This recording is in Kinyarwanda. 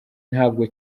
ntabwo